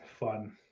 Fun